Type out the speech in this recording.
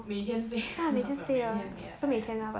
每天飞 but 每天 !aiya!